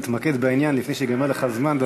תתמקד בעניין לפני שייגמר לך הזמן.